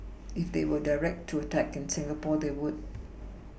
if they were directed to attack in Singapore they would